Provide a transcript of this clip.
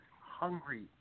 hungry